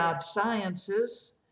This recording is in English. Sciences